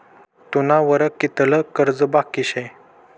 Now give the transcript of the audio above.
तुना वर कितलं कर्ज बाकी शे